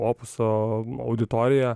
opuso auditoriją